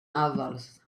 others